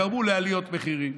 גרמו לעליות מחירים.